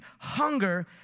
hunger